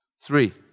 Three